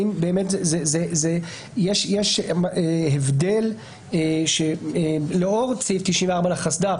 האם באמת יש הבדל לאור סעיף 95 לחסד"פ